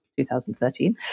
2013